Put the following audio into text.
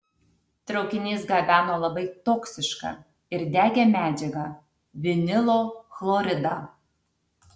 traukinys gabeno labai toksišką ir degią medžiagą vinilo chloridą